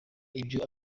ibyo